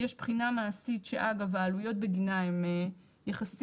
יש בחינה מעשית, שאגב, העלויות בגינה הן יחסית,